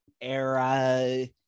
era